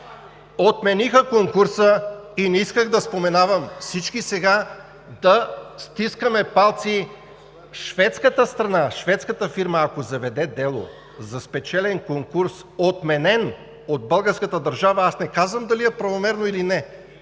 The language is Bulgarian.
отмениха конкурса и не исках да споменавам – всички сега да стискаме палци шведската фирма, ако заведе дело за спечелен конкурс, отменен от българската държава, не казвам дали е правомерно или не,